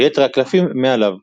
ויתר הקלפים מעליו.